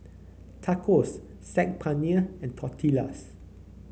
Tacos Saag Paneer and Tortillas